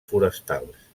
forestals